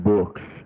Books